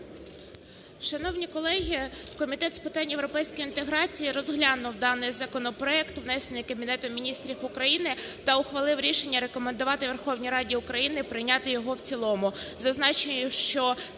Шановні колеги! Комітет з питань європейської інтеграції розглянув даний законопроект, внесений Кабінетом Міністрів України та ухвалив рішення рекомендувати Верховній Раді України прийняти його в цілому.